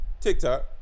tiktok